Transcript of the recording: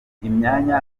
imyanya